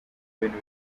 bintu